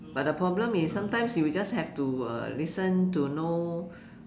but the problem is sometimes you will just have to uh listen to know